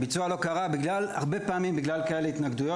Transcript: הביצוע לא קרה הרבה פעמים בגלל כאלה התנגדויות